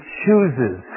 chooses